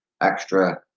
extra